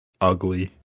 ugly